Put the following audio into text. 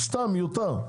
זה מיותר.